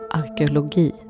arkeologi